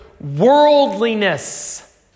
worldliness